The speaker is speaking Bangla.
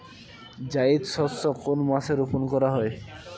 জায়িদ শস্য কোন মাসে রোপণ করা হয়?